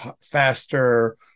faster